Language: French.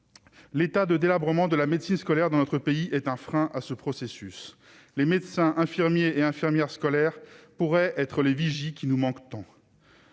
l'état de délabrement de la médecine scolaire dans notre pays est un frein à ce processus, les médecins, infirmiers et infirmières scolaires pourraient être les vigies qui nous manque tant,